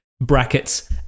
brackets